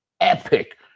epic